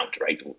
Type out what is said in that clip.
Right